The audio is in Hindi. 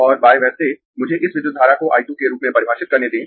और वैसे मुझे इस विद्युत धारा को I 2 के रूप में परिभाषित करने दें